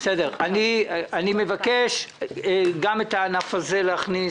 אני מבקש גם את הענף הזה להכניס.